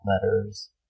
letters